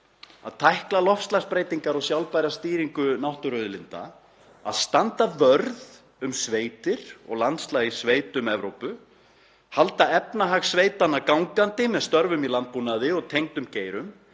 að tækla loftslagsbreytingar og sjálfbæra stýringu náttúruauðlinda, að standa vörð um sveitir og landslag í sveitum Evrópu, halda efnahag sveitanna gangandi með störfum í landbúnaði og tengdum geirum.